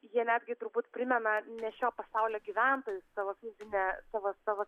jie netgi turbūt primena ne šio pasaulio gyventojus savo fizine savo savo